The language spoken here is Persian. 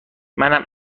منم